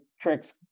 tricks